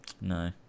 No